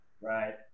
right